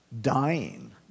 dying